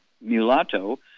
mulatto